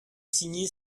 signer